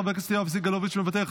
חבר הכנסת יואב סגלוביץ' מוותר,